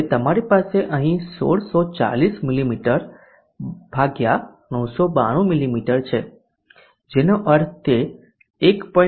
હવે તમારી પાસે અહીં 1640 મીમી બાય 992 મીમી છે જેનો અર્થ તે 1